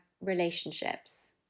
relationships